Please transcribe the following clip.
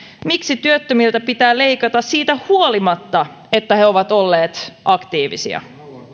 miksi työttömiltä pitää leikata siitä huolimatta että he ovat olleet aktiivisia